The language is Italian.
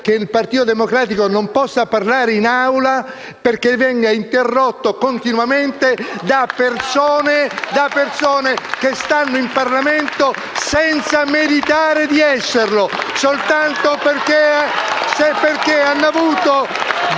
che il Partito Democratico non possa parlare in Aula perché viene interrotto continuamente da persone che stanno in Parlamento senza meritare di esserci *(Applausi dal Gruppo